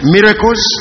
Miracles